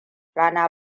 rana